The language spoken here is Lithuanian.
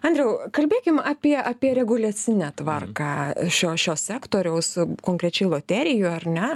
andriau kalbėkim apie apie reguliacinę tvarką šio šio sektoriaus konkrečiai loterijų ar ne